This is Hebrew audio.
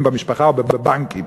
במשפחה או בבנקים.